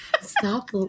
stop